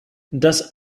das